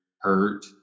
hurt